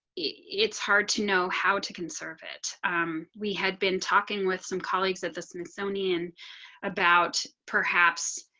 it's hard to know how to conserve it we had been talking with some colleagues at the smithsonian about perhaps